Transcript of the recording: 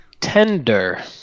Tender